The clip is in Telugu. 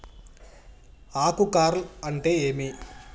ఆకు కార్ల్ అంటే ఏమి?